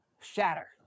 shatter